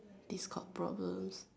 discord problems